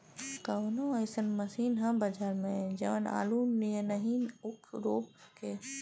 कवनो अइसन मशीन ह बजार में जवन आलू नियनही ऊख रोप सके?